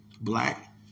Black